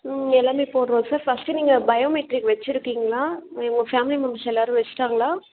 ம் எல்லாமே போடுறோம் சார் ஃபர்ஸ்ட் நீங்கள் பயோமெட்ரிக் வைச்சுருக்கிங்களா இல்லை உங்கள் ஃபேமிலி மெம்பெர்ஸ் எல்லாம் வைச்சுட்டாங்களா